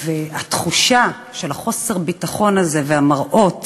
התחושה של חוסר הביטחון הזה, והמראות